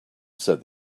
said